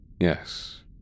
Yes